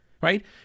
right